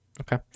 Okay